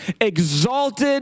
exalted